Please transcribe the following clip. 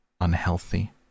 unhealthy